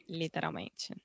literalmente